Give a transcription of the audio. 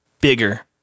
bigger